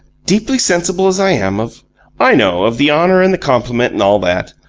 deeply sensible as i am of i know. of the honour and the compliment and all that.